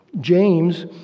James